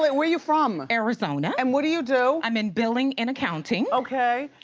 where are you from? arizona. and what do you do? i'm in billing and accounting. okay.